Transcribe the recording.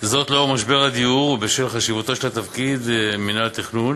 לנוכח משבר הדיור ובשל חשיבותו של תפקיד מנהל מינהל התכנון,